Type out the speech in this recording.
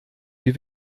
wie